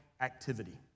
activity